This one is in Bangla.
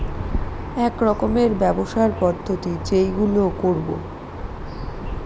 এক রকমের ব্যবসার পদ্ধতি যেইগুলো করবো